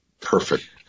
perfect